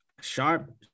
Sharp